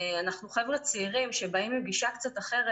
אנחנו חבר'ה צעירים שבאים עם גישה קצת אחרת.